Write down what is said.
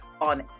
on